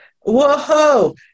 whoa